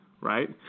right